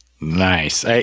Nice